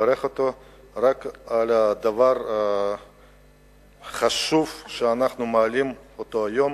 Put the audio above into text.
מברך אותו רק על הדבר החשוב שאנחנו מעלים היום,